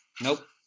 nope